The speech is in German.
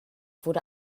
wurde